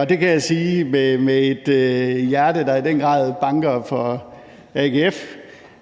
og det kan jeg sige med et hjerte, der i den grad banker for AGF,